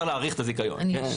הזיכיון.